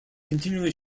continually